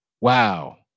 wow